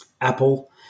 Apple